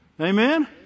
Amen